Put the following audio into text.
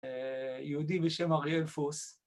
‫יהודי בשם אריאל פוס.